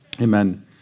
amen